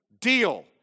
deal